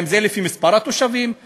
האם זה לפי מספר התושבים?